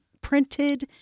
printed